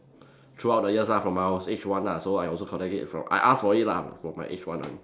throughout the years lah from when I was age one lah so I also counted it from I asked from it lah from my age one one